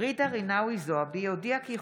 ג'ידא רינאוי זועבי הודיעה כי היא